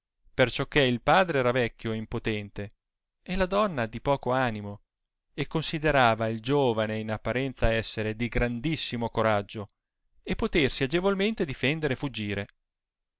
pensiero perciò che il padre era vecchio e impotente e la donna di poco animo e considerava il giovane in apparenza essere di grandissimo coraggio e potersi agevolmente difendere e fuggire